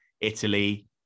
Italy